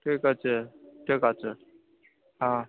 ঠিক আছে ঠিক আছে হ্যাঁ